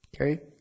Okay